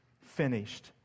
finished